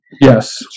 Yes